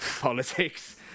politics